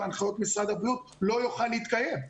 הנחיות משרד הבריאות לא יוכל להתקיים,